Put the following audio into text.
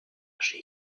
âgé